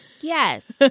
Yes